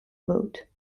vote